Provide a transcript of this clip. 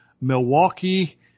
Milwaukee